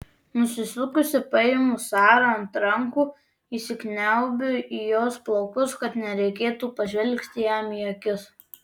nusisukusi paimu sarą ant rankų įsikniaubiu į jos plaukus kad nereikėtų pažvelgti jam į akis